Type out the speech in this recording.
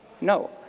No